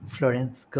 Florence